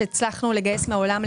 שהצלחנו לגייס מן העולם,